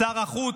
שר החוץ,